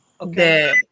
Okay